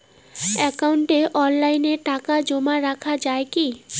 একাউন্টে অনলাইনে টাকা জমা রাখা য়ায় কি?